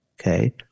okay